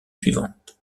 suivante